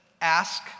ask